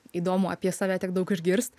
įdomu apie save tiek daug išgirst